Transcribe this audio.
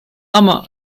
ama